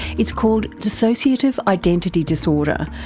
it's called dissociative identity disorder,